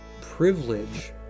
privilege